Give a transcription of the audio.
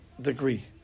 Degree